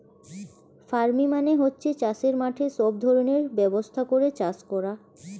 farming মানে হচ্ছে চাষের মাঠে সব ধরনের ব্যবস্থা করে চাষ করা